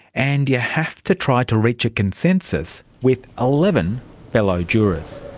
and you have to try to reach a consensus with eleven fellow jurors.